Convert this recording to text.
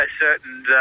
certain